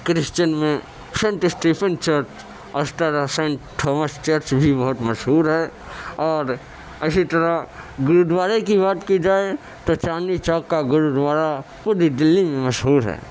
Christian میں Saint Stephen church اسٹراسینٹ Thomas church بھی بہت مشہور ہے اور اسی طرح گرودوارے کی بات کی جائے تو چاندنی چوک کا گرودوارہ پوری دہلی میں مشہور ہے